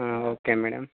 okay madam